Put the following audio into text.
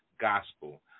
gospel